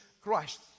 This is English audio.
Christ